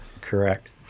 Correct